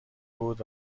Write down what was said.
بود